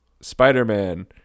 Spider-Man